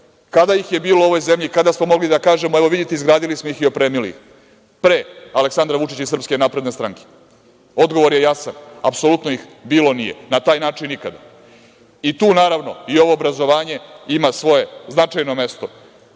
Kada ih je bilo u ovoj zemlji, kada smo mogli da kažemo – evo vidite izgradili smo ih i opremili pre Aleksandra Vučića i SNS? Odgovor je jasno, apsolutno ih bilo nije na taj način nikada. Tu naravno i ovo obrazovanje ima svoje značajno mesto.